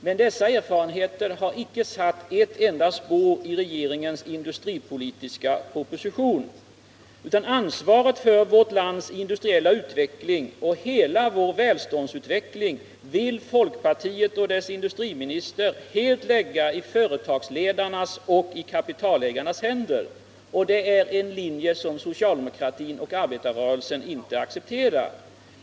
Men dessa erfarenheter har inte satt ett enda spår i regeringens industripolitiska proposition, utan ansvaret för vårt lands industriella utveckling och välståndsutveckling vill folkpartiet och dess industriminister helt lägga i företagsledarnas och kapitalägarnas händer. Det är en linje som socialdemokratin och arbetarrörelsen inte accepterar.